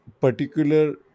particular